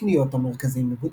הקניות המרכזיים בבודפשט.